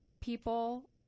people